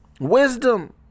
Wisdom